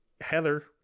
heather